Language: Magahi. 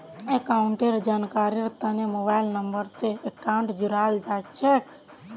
अकाउंटेर जानकारीर तने मोबाइल नम्बर स अकाउंटक जोडाल जा छेक